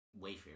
Wayfair